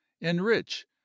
enrich